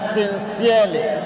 sincerely